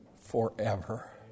forever